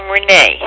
Renee